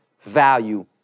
value